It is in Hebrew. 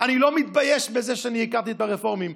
"אני לא מבייש בזה שאני הכרתי ברפורמים".